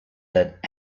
that